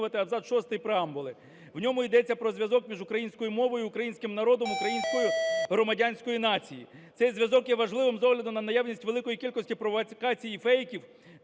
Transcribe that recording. В ньому йдеться про зв'язок між українською мовою і українським народом, українською громадянською нацією. Цей зв'язок є важливим з огляду на наявність великої кількості провокацій іфейків,